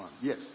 Yes